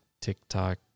TikTok